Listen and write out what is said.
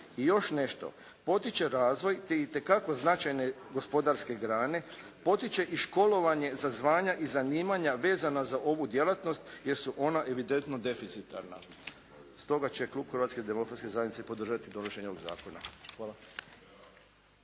I još nešto. Potiče razvoj te itekako značajne gospodarske grane, potiče i školovanje za zvanja i zanimanja vezana za ovu djelatnost jer su ona evidentno deficitarna. Stoga će klub Hrvatske demokratske zajednice podržati donošenje ovog Zakona. Hvala.